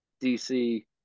DC